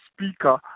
speaker